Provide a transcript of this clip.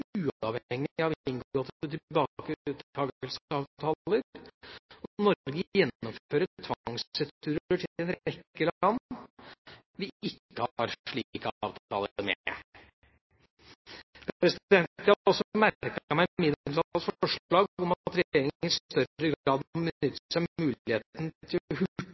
og Norge gjennomfører tvangsreturer til en rekke land vi ikke har slike avtaler med. Jeg har også merket meg mindretallets forslag om at regjeringa «i større grad må benytte seg av muligheten til hurtig å